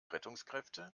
rettungskräfte